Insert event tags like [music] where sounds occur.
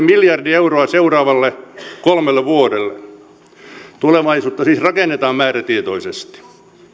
[unintelligible] miljardi euroa seuraaville kolmelle vuodelle tulevaisuutta siis rakennetaan määrätietoisesti